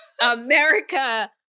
America